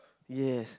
yes